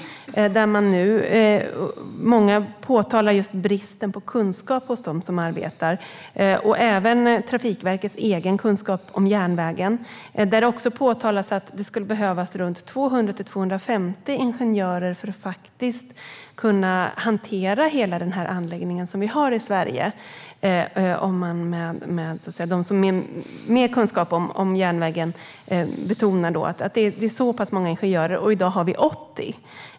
Många som arbetar där påtalar bristen på kunskap. Det gäller även Trafikverkets egen kunskap om järnvägen. Det har också påpekats att det skulle behövas runt 200-250 ingenjörer för att hantera hela anläggningen i Sverige. De som har mer kunskap om järnvägen betonar att det handlar om så pass många ingenjörer, och i dag finns 80.